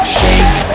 shake